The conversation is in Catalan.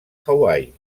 hawaii